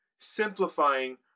Simplifying